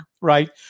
right